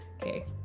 Okay